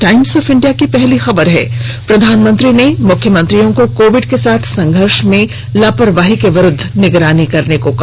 times of India की पहली खबर है प्रधानमंत्री ने मुख्यमंत्रियों को कोविड के साथ संघर्श में लापरवाही के विरुद्ध निगरानी करने को कहा